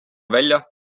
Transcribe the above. välja